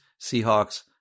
Seahawks